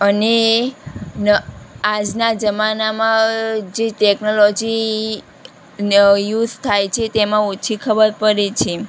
અને આજના જમાનામાં જે ટેકનોલોજીનો યુસ થાય છે તેમાં ઓછી ખબર પડે છે